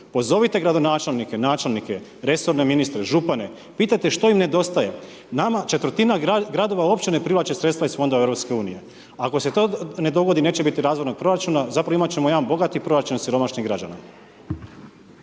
pozovite gradonačelnike, načelnike, resorne ministre, župane pitajte što im nedostaje? Nama četvrtina gradova opće ne privlače sredstva iz fondova EU, ako se to ne dogodi neće biti razvojnog proračuna, zapravo imat ćemo jedan bogati proračun siromašnih građana.